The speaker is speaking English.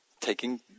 taking